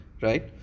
right